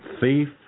thief